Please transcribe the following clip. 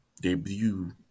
debut